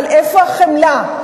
אבל איפה החמלה?